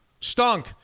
Stunk